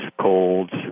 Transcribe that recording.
colds